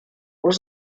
was